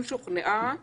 אם שוכנעה